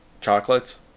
chocolates